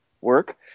Work